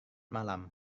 malam